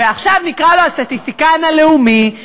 ועכשיו נקרא לו "הסטטיסטיקן הלאומי",